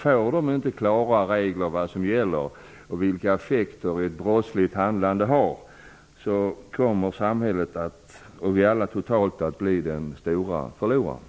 Får de inte klara regler för vad som gäller och vilka effekter ett brottsligt handlande har, kommer samhället och vi alla totalt att bli de stora förlorarna.